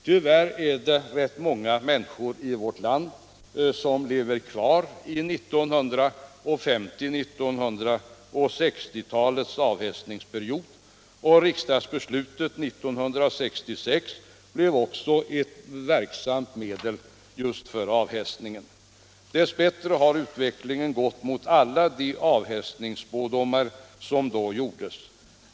Tyvärr lever rätt många människor i vårt land kvar i 1950 och 1960 talens avhästningsperiod. Riksdagsbeslutet 1966 blev också ett verksamt medel för avhästningen. Dess bättre har utvecklingen gått emot alla de avhästningsspådomar som då gjordes.